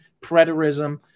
preterism